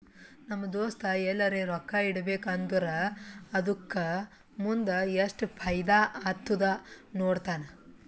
ನಮ್ ದೋಸ್ತ ಎಲ್ಲರೆ ರೊಕ್ಕಾ ಇಡಬೇಕ ಅಂದುರ್ ಅದುಕ್ಕ ಮುಂದ್ ಎಸ್ಟ್ ಫೈದಾ ಆತ್ತುದ ನೋಡ್ತಾನ್